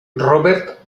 robert